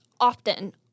often